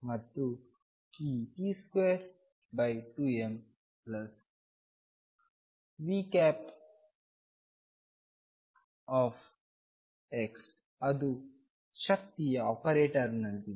ಮತ್ತು ಈ p22mVxಅದು ಶಕ್ತಿಯ ಆಪರೇಟರ್ನಂತಿದೆ